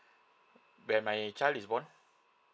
when my child is born